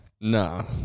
No